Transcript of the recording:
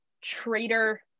traitor